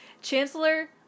Chancellor